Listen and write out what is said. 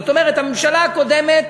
זאת אומרת, הממשלה הקודמת